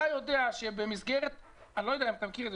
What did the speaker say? אתה יודע שבמסגרת אני לא יודע אם אתה מכיר את זה,